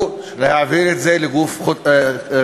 הוא להעביר את זה לגוף חוץ-ממשלתי.